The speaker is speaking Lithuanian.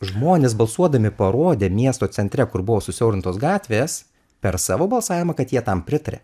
žmonės balsuodami parodė miesto centre kur buvo susiaurintos gatvės per savo balsavimą kad jie tam pritaria